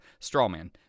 Strawman